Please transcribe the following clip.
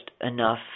enough